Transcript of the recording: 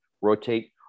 rotate